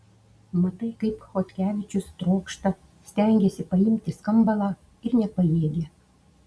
matai kaip chodkevičius trokšta stengiasi paimti skambalą ir nepajėgia